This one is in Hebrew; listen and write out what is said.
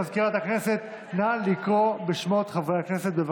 מזכירת הכנסת, נא לקרוא בשמות חברי הכנסת, בבקשה.